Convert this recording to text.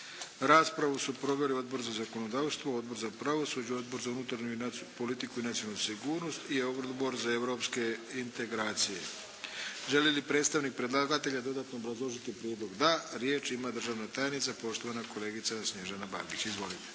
Raspravu su proveli Odbor za zakonodavstvo, Odbor za pravosuđe, Odbor za unutarnju politiku i nacionalnu sigurnost i Odbor za europske integracije. Želi li predstavnik predlagatelja dodatno obrazložiti prijedlog? Da. Riječ ima državna tajnica poštovana kolegica Snježana Bagić. Izvolite.